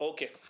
Okay